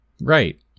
right